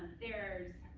there's